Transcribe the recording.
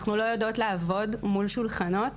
אנחנו לא יודעות לעבוד מול שולחנות,